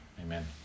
amen